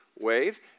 wave